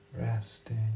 Resting